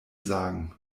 sagen